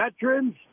veterans